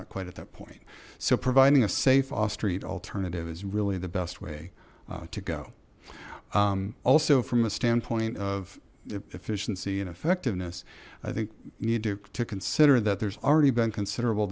not quite at that point so providing a safe off street alternative is really the best way to go also from a standpoint of the efficiency and effectiveness i think you need to consider that there's already been considerable